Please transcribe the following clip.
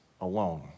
alone